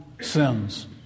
sins